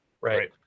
Right